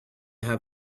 have